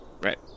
Right